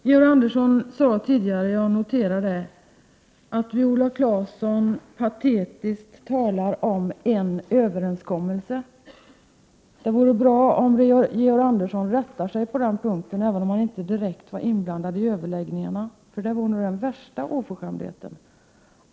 Georg Andersson sade tidigare — jag noterade det — att Viola Claesson patetiskt talade om en överenskommelse. Det vore bra om Georg Andersson rättar sig på den punkten, även om han inte direkt var inblandad i överläggningarna. Det var den värsta oförskämdheten.